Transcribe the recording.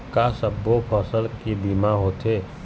का सब्बो फसल के बीमा होथे?